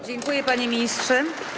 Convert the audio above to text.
Dziękuję, panie ministrze.